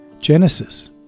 Genesis